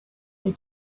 they